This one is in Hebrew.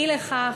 אי לכך,